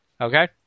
Okay